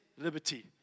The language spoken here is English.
liberty